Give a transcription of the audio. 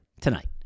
tonight